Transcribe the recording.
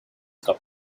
cup